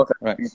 Right